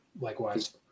Likewise